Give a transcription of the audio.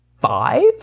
five